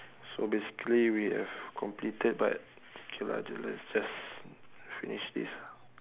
so basically we have completed but okay lah just just finish this lah